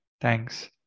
thanks